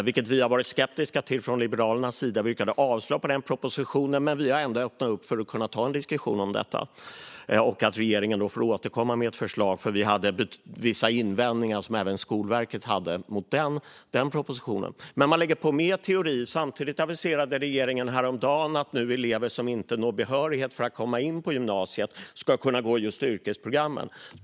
Det har vi från Liberalernas sida varit skeptiska till, och vi yrkade avslag på den propositionen. Men vi har ändå öppnat för att ta en diskussion i frågan. Regeringen får återkomma med ett förslag. Vi hade vissa invändningar, som även Skolverket hade, mot den propositionen. Man vill alltså lägga in mer teori. Samtidigt aviserade regeringen häromdagen att elever som inte når behörighet för att komma in på gymnasiet ska kunna gå just yrkesprogrammen.